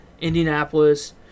Indianapolis